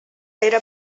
era